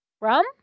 Rum